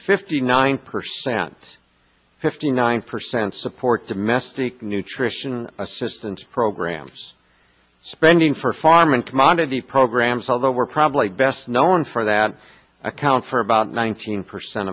fifty nine percent fifty nine percent support domestic nutrition assistance programs spending for farm and commodity programs although we're probably best known for that account for about nineteen percent